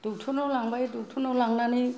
डक्ट'रनाव लांबाय डक्ट'रनाव लांनानै